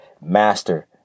master